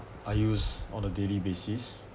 I use on a daily basis